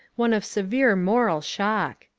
one of severe moral shock.